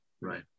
Right